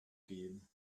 gehen